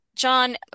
John